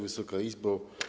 Wysoka Izbo!